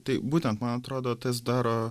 tai būtent man atrodo tas daro